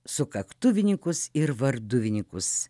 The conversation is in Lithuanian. sukaktuvininkus ir varduvininkus